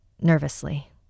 nervously